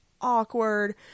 awkward